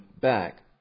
back